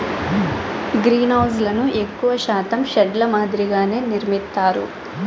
గ్రీన్హౌస్లను ఎక్కువ శాతం షెడ్ ల మాదిరిగానే నిర్మిత్తారు